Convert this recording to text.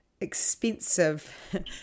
expensive